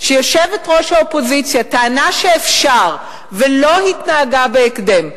שיושבת-ראש האופוזיציה טענה שאפשר ולא התנהגה בהתאם,